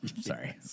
Sorry